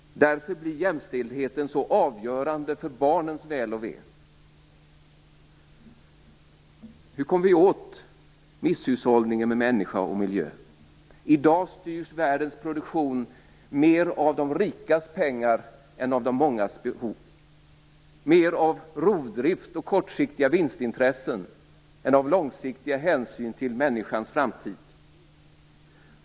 Därför blir jämställdheten så avgörande för barnens väl och ve. Hur kommer vi åt misshushållningen med människa och miljö? I dag styrs världens produktion mer av de rikas pengar än av de mångas behov, mer av rovdrift och kortsiktiga vinstintressen än av långsiktiga hänsyn till människans framtid.